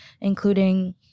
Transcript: including